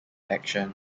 action